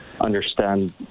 understand